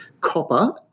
copper